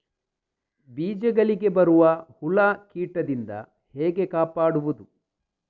ಬೀಜಗಳಿಗೆ ಬರುವ ಹುಳ, ಕೀಟದಿಂದ ಹೇಗೆ ಕಾಪಾಡುವುದು?